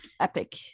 epic